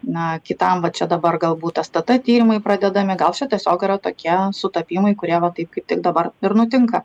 na kitam va čia dabar galbūt stt tyrimai pradedami gal čia tiesiog yra tokie sutapimai kurie va taip kaip tik dabar ir nutinka